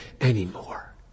anymore